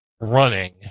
running